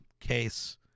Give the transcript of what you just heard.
case